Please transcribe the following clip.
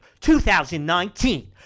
2019